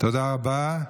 תודה רבה.